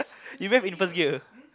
you went in first gear